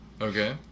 Okay